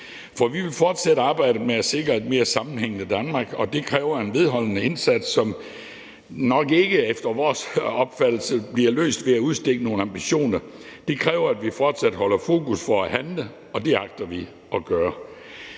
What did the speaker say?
For vi vil fortsætte arbejdet med at sikre et mere sammenhængende Danmark, og det kræver en vedholdende indsats, som efter vores opfattelse nok ikke bliver løst ved at udstikke nogle ambitioner. Det kræver, at vi fortsat holder fokus på at handle, og det agter vi at gøre.